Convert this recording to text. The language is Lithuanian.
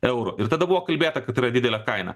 eurų ir tada buvo kalbėta kad yra didelė kaina